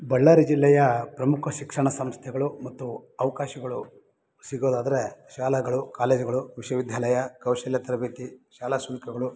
ಬಳ್ಳಾರಿ ಜಿಲ್ಲೆಯ ಪ್ರಮುಖ ಶಿಕ್ಷಣ ಸಂಸ್ಥೆಗಳು ಮತ್ತು ಅವಕಾಶಗಳು ಸಿಗೋದಾದರೆ ಶಾಲೆಗಳು ಕಾಲೇಜ್ಗಳು ವಿಶ್ವವಿದ್ಯಾಲಯ ಕೌಶಲ್ಯ ತರಬೇತಿ ಶಾಲಾ ಶುಲ್ಕಗಳು